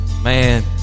Man